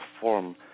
form